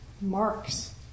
marks